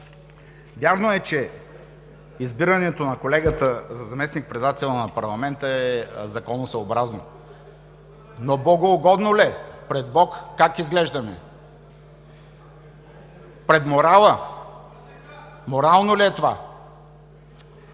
вярно е, че избирането на колегата за заместник-председател на парламента е законосъобразно, но богоугодно ли е? Пред Бог как изглеждаме? Пред морала? Морално ли е това?